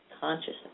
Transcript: Consciousness